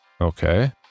Okay